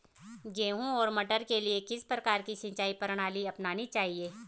गेहूँ और मटर के लिए किस प्रकार की सिंचाई प्रणाली अपनानी चाहिये?